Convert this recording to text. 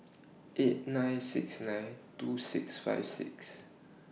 eight nine six nine two six five six